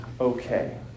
okay